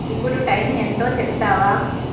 ఇప్పుడు టైం ఎంతో చెప్తావా